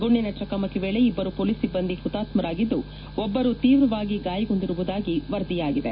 ಗುಂಡಿನ ಚಕಮಕಿ ವೇಳೆ ಇಬ್ಲರು ಪೊಲೀಸ್ ಸಿಬ್ಬಂದಿ ಹುತಾತ್ಕರಾಗಿದ್ದು ಒಬ್ಬರು ತೀವ್ರವಾಗಿ ಗಾಯಗೊಂಡಿರುವುದಾಗಿ ವರದಿಯಾಗಿದೆ